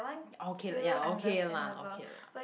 okay lah ya okay lah okay lah